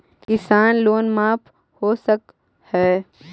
किसान लोन माफ हो सक है?